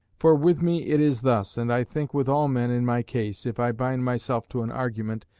for with me it is thus, and i think with all men in my case, if i bind myself to an argument,